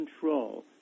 control